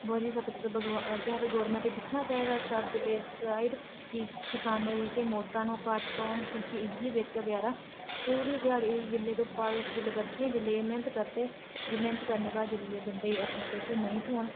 government केह् आखदे दिक्खना चाही दा सब इस साईड़ कि कसानें दियां जेह्कियां मौतां ओह् घट्ट होन कि इयै जेह्का बचैरा पूरी ध्याह्ड़ी धुप्पा बर्खें बिच्च जिसलै एह् मैह्नत करदे ते मेह्नत करने दे बाद बंदे गी जि सलै अपने पैसे नेंई थ्होन